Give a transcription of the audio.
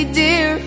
dear